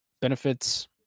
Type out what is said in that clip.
benefits